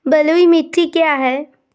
बलुई मिट्टी क्या है?